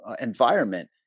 environment